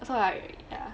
is right ya